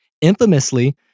Infamously